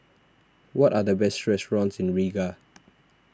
what are the best restaurants in Riga